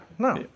No